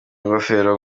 ngofero